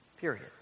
Period